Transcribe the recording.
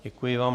Děkuji vám.